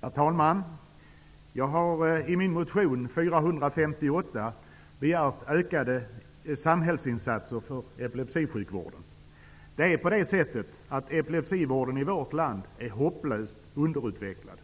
Herr talman! Jag har i min motion So458 begärt ökade samhällsinsatser för epilepsisjukvården. Epilepsivården i vårt land är hopplöst underutvecklad.